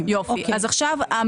שירותים.